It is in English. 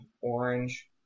orange